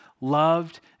loved